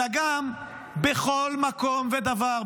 אלא גם בכל מקום ודבר,